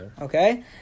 Okay